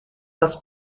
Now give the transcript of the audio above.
das